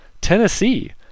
Tennessee